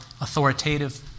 authoritative